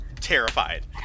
Terrified